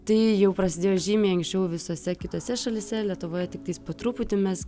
tai jau prasidėjo žymiai anksčiau visose kitose šalyse lietuvoje tiktais po truputi mes